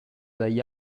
dagli